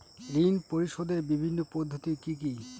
ঋণ পরিশোধের বিভিন্ন পদ্ধতি কি কি?